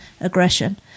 aggression